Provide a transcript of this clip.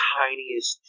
tiniest